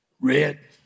red